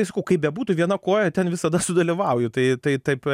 tai sakau kaip bebūtų viena koja ten visada sudalyvauju tai tai taip